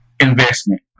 Investment